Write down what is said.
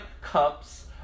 cups